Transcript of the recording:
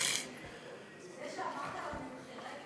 זה שאמרת עליו "מבכירי",